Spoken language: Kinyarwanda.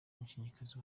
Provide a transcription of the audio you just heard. umukinnyikazi